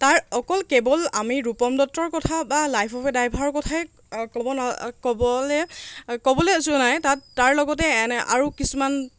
তাৰ অকল কেৱল আমি ৰূপম দত্তৰ কথা বা লাইফ অফ এ ড্ৰাইভাৰ কথাই ক'ব ক'বলৈ ক'বলৈ যোৱা নাই তাত তাৰ লগতে এনে আৰু কিছুমান